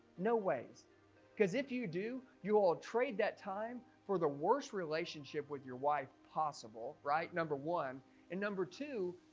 no ways because if you do you all trade that time for the worst relationship with your wife possible right number one and number two